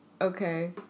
Okay